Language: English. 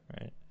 right